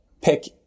pick